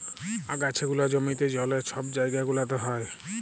আগাছা গুলা জমিতে, জলে, ছব জাইগা গুলাতে হ্যয়